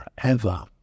forever